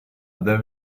dev